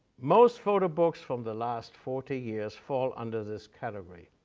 most photo books from the last forty years fall under this category,